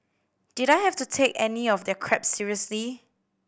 did I have to take any of their crap seriously